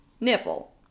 nipple